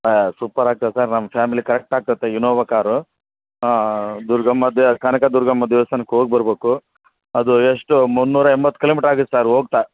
ಹಾಂ ಸೂಪರ್ ಆಗ್ತದೆ ಸರ್ ನಮ್ಮ ಫ್ಯಾಮಿಲಿಗೆ ಕರೆಕ್ಟ್ ಆಗ್ತತದೆ ಇನೋವ ಕಾರು ಹಾಂ ಹಾಂ ದುರ್ಗಮ್ಮ ದೇ ಕನಕ ದುರ್ಗಮ್ಮ ದೇವಸ್ತಾನಕ್ಕೆ ಹೋಗ್ ಬರ್ಬೇಕು ಅದು ಎಷ್ಟು ಮುನ್ನೂರ ಎಂಬತ್ತು ಕಿಲೋಮೀಟ್ರ್ ಆಗತ್ತೆ ಸರ್ ಹೋಗ್ತ